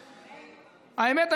האמת,